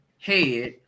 head